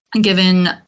Given